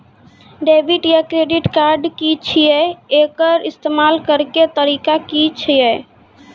Debit या credit card की छियै? एकर इस्तेमाल करैक तरीका की छियै?